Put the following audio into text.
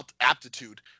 aptitude